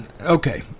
okay